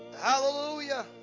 Hallelujah